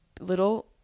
little